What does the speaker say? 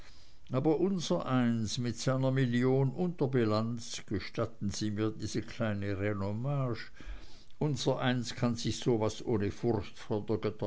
aber unsereins mit seiner million unterbilanz gestatten sie mir diese kleine renommage unsereins kann sich so was ohne furcht vor der